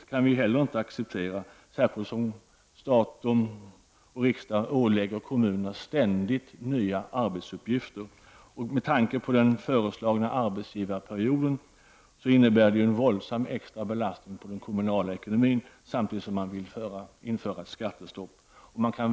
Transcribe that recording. det kommunala skattestoppet, särskilt som riksdagen och staten ständigt ålägger kommunerna nya arbetsuppgifter. Den nyligen föreslagna arbetsgivarperioden i sjukförsäkringen innebär en våldsam extra belastning på den kommunala ekonomin, samtidigt som man vill införa ett skattestopp.